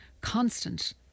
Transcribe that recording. constant